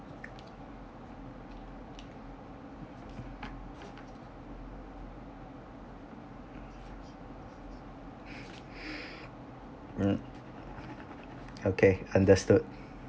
mm okay understood